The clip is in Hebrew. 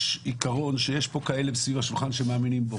יש עיקרון שיש פה כאלה סביב השולחן שמאמינים בו,